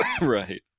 Right